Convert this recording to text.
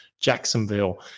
Jacksonville